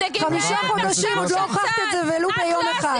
חמישה חודשים עוד לא הוכחת את זה ולו ביום אחד.